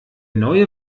neue